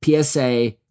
PSA